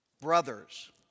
brothers